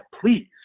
please